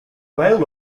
male